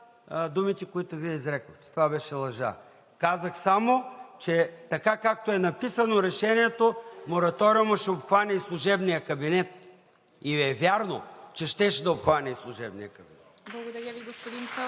думите, които Вие изрекохте. Това беше лъжа. Казах само, че така, както е написано решението, мораториумът ще обхване и служебния кабинет. И е вярно, че щеше да обхване и служебния кабинет. (Ръкопляскания от